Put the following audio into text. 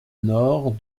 nord